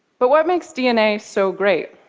but what makes dna so great?